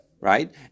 Right